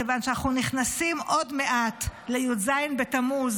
כיוון שאנחנו נכנסים עוד מעט לי"ז בתמוז